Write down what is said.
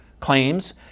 Claims